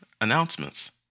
Announcements